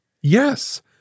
yes